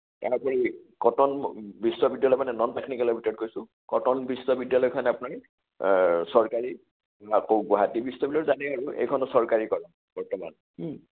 তাৰোপৰি কটন বিশ্ববিদ্যালয় মানে নন টেকনিকেলৰ ভিতৰত কৈছোঁ কটন বিশ্ববিদ্যালয়খন আপুনি চৰকাৰী আকৌ গুৱাহাটী বিশ্ববিদ্যালয় জানেই আৰু এইখনো চৰকাৰী বৰ্তমান